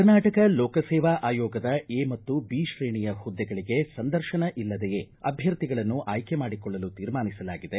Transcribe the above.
ಕರ್ನಾಟಕ ಲೋಕಸೇವಾ ಆಯೋಗದ ಎ ಮತ್ತು ಬಿ ತ್ರೇಣಿಯ ಹುದ್ದೆಗಳಿಗೆ ಸಂದರ್ತನ ಇಲ್ಲದೆಯೇ ಅಭ್ಯರ್ಥಿಗಳನ್ನು ಆಯ್ಕೆ ಮಾಡಿಕೊಳ್ಳಲು ತೀರ್ಮಾನಿಸಲಾಗಿದೆ